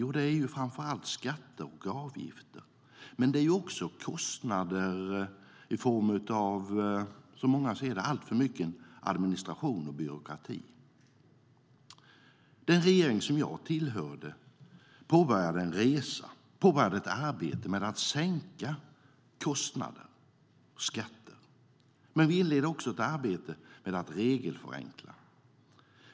Jo, det är framför allt skatter och avgifter men också kostnader för, som många ser det, alltför mycket administration och byråkrati. Den regering som jag tillhörde påbörjade en resa, ett arbete med att sänka kostnader och skatter. Vi inledde också ett arbete med att regelförenkla.